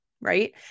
right